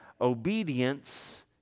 obedience